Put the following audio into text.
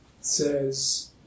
says